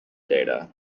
data